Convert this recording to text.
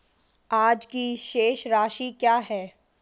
आज की शेष राशि क्या है?